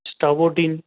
اسٹاگوٹین